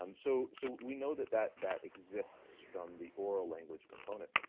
um so so we know that that that exists from the oral language component.